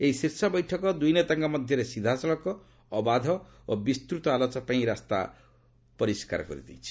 ଏହି ଶୀର୍ଷ ବୈଠକ ଦୁଇ ନେତାଙ୍କ ମଧ୍ୟରେ ସିଧାସଳଖ ଅବାଧ ଓ ବିସ୍ତୃତ ଆଲୋଚନାପାଇଁ ରାସ୍ତା ପରିସ୍କାର କରିଛି